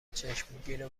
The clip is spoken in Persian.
چشمگیر